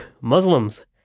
Muslims